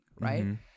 right